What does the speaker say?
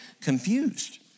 confused